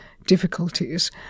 difficulties